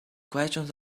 questions